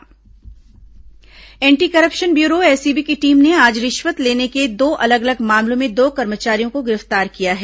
ACB कार्रवाई anti corruption bureau ACB की team ने आज रिश्वत लेने के दो अलग अलग मामलों में दो कर्मचारियों को गिरफ्तार किया है